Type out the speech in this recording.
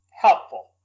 helpful